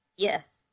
Yes